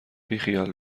بیخیال